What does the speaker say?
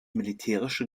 militärische